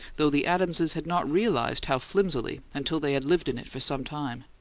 though the adamses had not realized how flimsily until they had lived in it for some time.